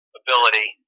ability